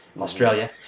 Australia